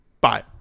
bye